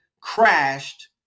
crashed